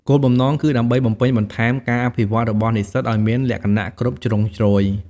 គោលបំណងគឺដើម្បីបំពេញបន្ថែមការអភិវឌ្ឍន៍របស់និស្សិតឱ្យមានលក្ខណៈគ្រប់ជ្រុងជ្រោយ។